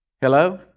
Hello